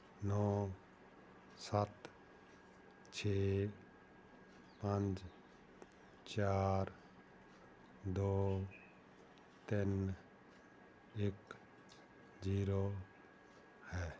ਨੌਂ ਸੱਤ ਛੇ ਪੰਜ ਚਾਰ ਦੋ ਤਿੰਨ ਇੱਕ ਜੀਰੋ ਹੈ